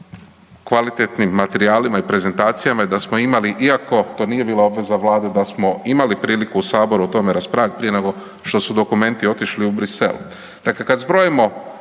kvalitetnim materijalima i prezentacijama i da smo imali, iako to nije bila obveza vlade, da smo imali priliku u saboru o tome raspravit prije nego što su dokumenti otišli u Brisel, dakle kad zbrojimo